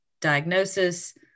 diagnosis